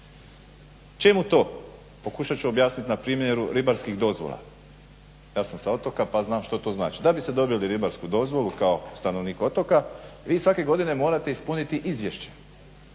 Čemu to? pokušat ću objasniti na primjeru ribarskih dozvola. Ja sam sa otoka pa znam što to znači. Da biste dobili ribarsku dozvolu kao stanovnik otoka, vi svake godine morate ispuniti izvješće.